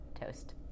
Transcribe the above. toast